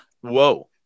whoa